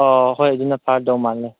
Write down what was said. ꯑꯣ ꯍꯣꯏ ꯑꯗꯨꯅ ꯐꯒꯗꯧ ꯃꯥꯜꯂꯦ